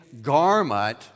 garment